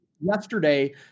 yesterday